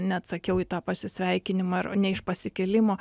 neatsakiau į pasisveikinimą ar ne iš pasikėlimo